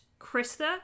krista